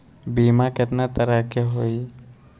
बीमा केतना तरह के होइ?